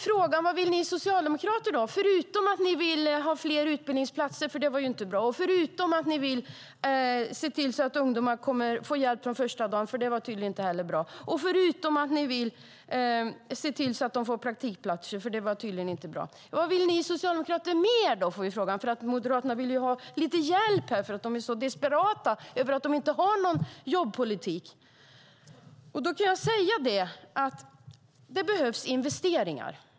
Våra förslag på fler utbildningsplatser, på att ungdomar ska få hjälp från första dagen och att på de ska få praktikplatser är tydligen inte bra, så man frågar oss vad vi vill utöver detta. Vad vill ni socialdemokrater mer då? frågar man. Moderaterna vill ju ha lite hjälp, eftersom de är så desperata för att de inte har någon jobbpolitik. Jag kan säga att det behövs investeringar.